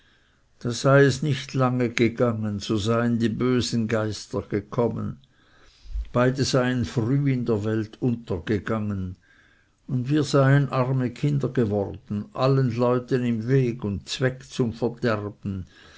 sei es nicht lange gegangen so seien die bösen geister gekommen beide seien früh in der welt untergegangen und wir seien arme kinder geworden allen leuten im weg und zweg zum verderben